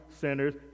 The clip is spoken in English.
sinners